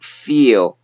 feel